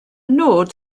nod